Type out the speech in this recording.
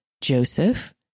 Joseph